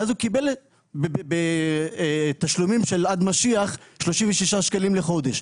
ואז הוא קיבל תשלומים של עד משיח 36 שקלים לחודש.